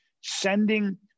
sending